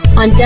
on